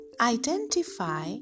Identify